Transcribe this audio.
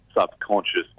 subconscious